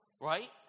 right